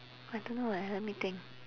I don't know eh let me think